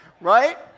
right